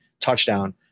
touchdown